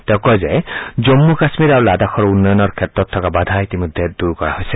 তেওঁ কয় যে জম্মু কাশ্মীৰ আৰু লাডাখৰ উন্নয়নৰ ক্ষেত্ৰত থকা বাধা ইতিমধ্যে দূৰ কৰা হৈছে